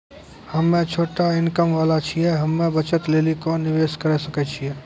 हम्मय छोटा इनकम वाला छियै, हम्मय बचत लेली कोंन निवेश करें सकय छियै?